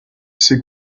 ces